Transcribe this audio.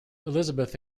elizabeth